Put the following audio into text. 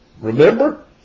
Remember